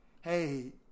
hey